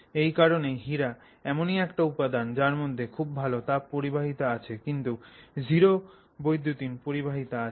এই কারনেই হীরা এমন একটা উপাদান যার খুব ভালো তাপ পরিবাহিতা আছে কিন্তু জিরো বৈদ্যুতিন পরিবাহিতা আছে